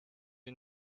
you